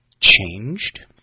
changed